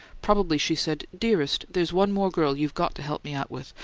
probably she said, dearest, there's one more girl you've got to help me out with.